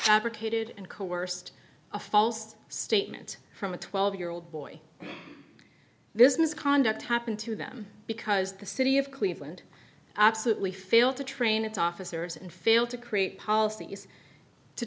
advocated and coerced a false statement from a twelve year old boy business conduct happened to them because the city of cleveland absolutely failed to train its officers and failed to create policies to